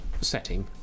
setting